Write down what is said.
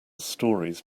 stories